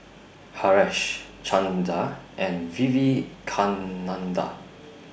Haresh Chanda and Vivekananda